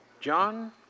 John